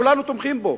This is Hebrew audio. שכולנו תומכים בו,